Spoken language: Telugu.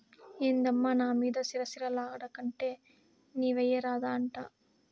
ఏందమ్మా నా మీద సిర సిర లాడేకంటే నీవెయ్యరాదా అంట